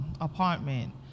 apartment